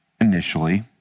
initially